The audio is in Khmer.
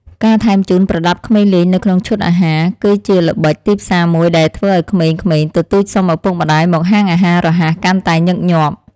ការថែមជូនប្រដាប់ក្មេងលេងនៅក្នុងឈុតអាហារ គឺជាល្បិចទីផ្សារមួយដែលធ្វើឲ្យក្មេងៗទទូចសុំឪពុកម្តាយមកហាងអាហាររហ័សកាន់តែញឹកញាប់។